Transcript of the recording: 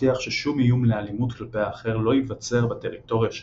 להבטיח ששום איום לאלימות כלפי האחר לא ייווצר בטריטוריה שלהן,